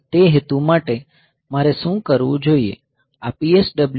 તે હેતુ માટે મારે શું કરવું જોઈએ